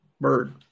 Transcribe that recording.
Bird